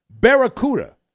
Barracuda